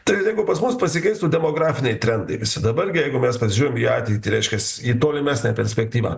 tai jeigu pas mus pasikeistų demografiniai trendai visi dabar gi jeigu mes pasižiūrim į ateitį reiškias į tolimesnę perspektyvą